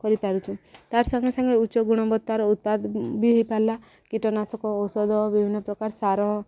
କରିପାରୁଛୁ ତାର୍ ସାଙ୍ଗେ ସାଙ୍ଗେ ଉଚ୍ଚ ଗୁଣବତ୍ତାର ଉତ୍ପାଦ ବି ହେଇପାରିଲା କୀଟନାଶକ ଔଷଧ ବିଭିନ୍ନ ପ୍ରକାର ସାର